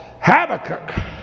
Habakkuk